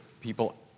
people